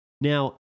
Now